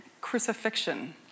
crucifixion